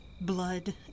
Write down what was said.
Blood